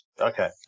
Okay